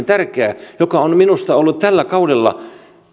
tärkeää mikä on minusta ollut tällä kaudella